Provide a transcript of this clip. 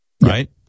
right